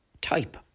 type